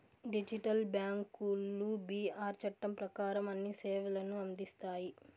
digital బ్యాంకులు BR చట్టం ప్రకారం అన్ని సేవలను అందిస్తాయి